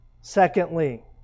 Secondly